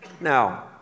Now